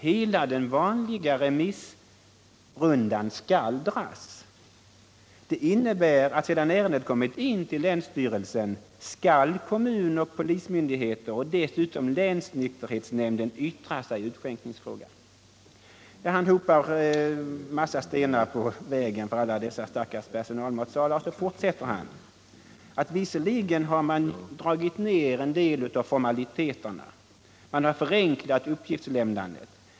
Hela den vanliga remissrundan skall dras. Det innebär att sedan ärendet kommit in till länsstyrelsen skall kommun och polismyndigheter och dessutom länsnykterhetsnämnden yttra sig i utskänkningsfrågan.” Han hopar alltså en massa stenar på vägen för alla dessa personalmatsalar. Sedan fortsätter han med att säga att man visserligen minskat formaliteterna och förenklat uppgiftslämnandet.